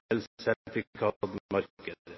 elsertifikatmarkedet.